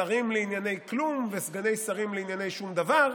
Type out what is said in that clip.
שרים לענייני כלום וסגני שרים לענייני שום דבר.